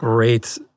Great